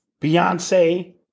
Beyonce